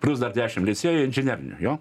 plius dar dešim licėjų inžinerinių jo